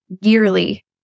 yearly